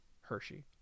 Hershey